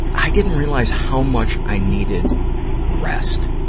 i didn't realize how much i needed rest,